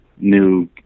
New